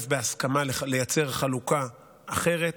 בהסכמה, לייצר חלוקה אחרת